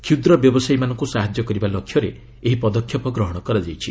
କ୍ଷୁଦ୍ର ବ୍ୟବସାୟୀମାନଙ୍କୁ ସାହାଯ୍ୟ କରିବା ଲକ୍ଷ୍ୟରେ ଏହି ପଦକ୍ଷେପ ଗ୍ରହଣ କରାଯାଇଛି